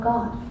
God